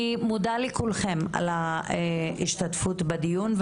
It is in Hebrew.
אני מודה לכולכם על ההשתתפות בדיון,